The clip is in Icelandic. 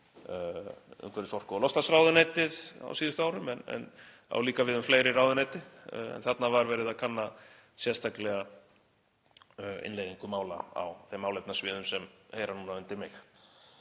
umhverfis-, orku- og loftslagsráðuneytið á síðustu árum en á líka við um fleiri ráðuneyti en þarna var verið að kanna sérstaklega innleiðingu mála á þeim málefnasviðum sem heyra núna undir mig.